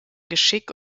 geschick